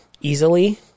easily